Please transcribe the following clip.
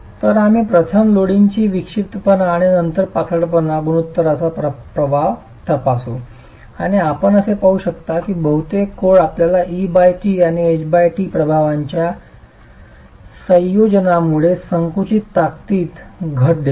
तर आम्ही प्रथम लोडिंगची विक्षिप्तपणा आणि नंतर पातळपणा गुणोत्तरांचा प्रभाव तपासू आणि आपण असे पाहू शकता की बहुतेक कोड आपल्याला et आणि ht प्रभावांच्या संयोजनामुळे संकुचित ताकदीत घट देतात